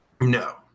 No